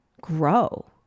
grow